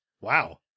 Wow